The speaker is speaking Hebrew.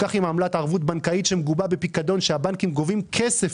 כך עם עמלת ערבות בנקאית שמגובה בפיקדון שהבנקים גובים כסף,